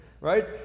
right